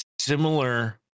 similar